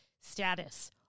status